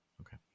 Okay